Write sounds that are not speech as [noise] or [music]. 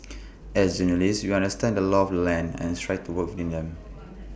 [noise] as journalists we understand the laws of the land and strive to work within them